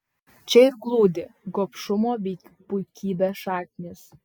čia ir glūdi gobšumo bei puikybės šaknys